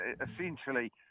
essentially